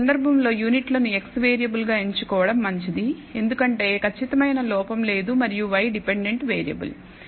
ఈ సందర్భంలో యూనిట్లను x వేరియబుల్గా ఎంచుకోవడం మంచిది ఎందుకంటే ఖచ్చితమైన లోపం లేదు మరియు y డిపెండెంట్ వేరియబుల్